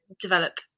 develop